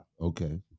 Okay